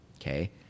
Okay